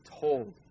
told